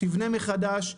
תבנה מחדש,